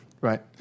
Right